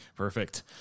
Perfect